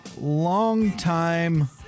longtime